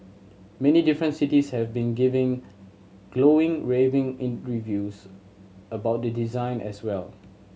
many different cities have been given glowing raving about the design as well